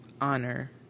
honor